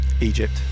Egypt